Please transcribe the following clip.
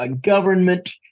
government